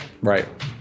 Right